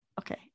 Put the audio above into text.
Okay